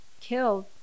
killed